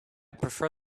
prefer